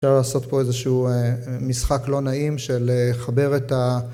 אפשר לעשות פה איזשהו משחק לא נעים של לחבר את ה...